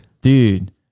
Dude